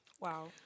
Wow